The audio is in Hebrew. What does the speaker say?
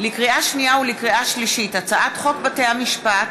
לקריאה שנייה ולקריאה שלישית: הצעת חוק בתי המשפט